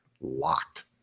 LOCKED